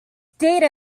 data